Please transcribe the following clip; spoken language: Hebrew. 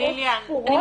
שעות ספורות.